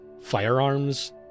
firearms